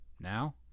Now